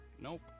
Nope